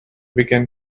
began